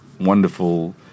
wonderful